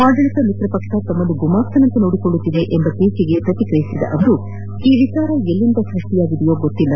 ಆಡಳಿತ ಮಿತ್ರ ಪಕ್ಷ ತಮ್ಮನ್ನು ಗುಮಾಸ್ತನಂತೆ ನೋಡಿಕೊಳ್ಳುತ್ತಿದೆ ಎಂಬ ಟೀಕೆಗೆ ಪ್ರತಿಕ್ರಿಯಿಸಿದ ಅವರು ಈ ವಿಚಾರ ಎಲ್ಲಿಂದ ಸೃಷ್ಟಿಯಾಗಿದೆಯೋ ಗೊತ್ತಿಲ್ಲ